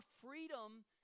freedom